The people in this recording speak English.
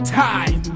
time